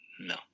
No